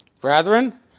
Brethren